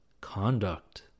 conduct